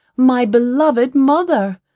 my beloved mother?